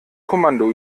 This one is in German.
kommando